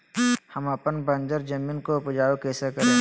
हम अपन बंजर जमीन को उपजाउ कैसे करे?